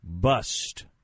Bust